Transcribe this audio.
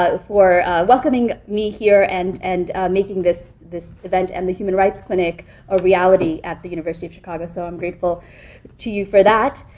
but for welcoming me here and and making this this event and the human rights clinic a reality at the university of chicago. so i'm grateful to you for that.